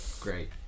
Great